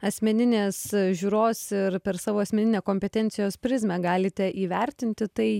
asmeninės žiūros ir per savo asmeninę kompetencijos prizmę galite įvertinti tai